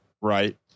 Right